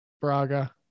Braga